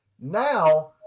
Now